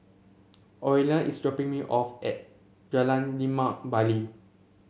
Orilla is dropping me off at Jalan Limau Bali